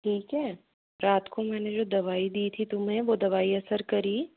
ठीक है रात को मैंने जो दवाई दी थी तुम्हें वो दवाई असर करी